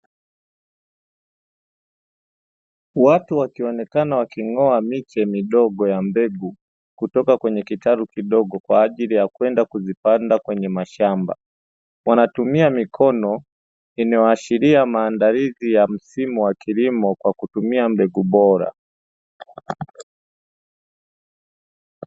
Watu wakionekana waking’oa miche midogo ya mbegu, kutoka kwenye kitalu kidogo kwa ajili ya kwenda kuzipanda kwenye mashamba. Wanatumia mikono inayoashiria maandalizi ya msimu wa kilimo kwa kutumia mbegu bora.